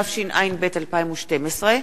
התשע"ב 2012,